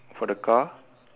for the car